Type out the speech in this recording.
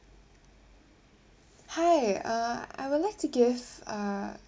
hi uh I would like to give uh